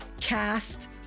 cast